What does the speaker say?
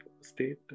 state